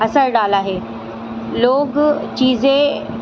اثر ڈالا ہے لوگ چیزیں